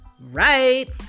Right